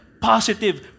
positive